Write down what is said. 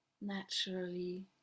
naturally